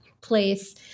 place